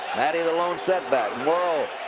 matte the the lone set back. morrall.